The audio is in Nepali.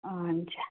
अँ हुन्छ